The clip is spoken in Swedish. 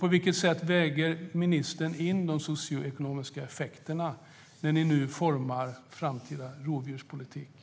På vilket sätt väger ministern in de socioekonomiska effekterna när ni nu formar den framtida rovdjurspolitiken?